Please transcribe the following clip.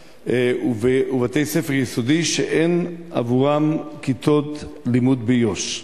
ובתי-ספר יסודיים שאין עבורם כיתות לימוד ביו"ש,